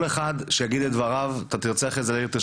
כל אחד שיגיד את דבריו בתורו,